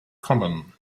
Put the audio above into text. common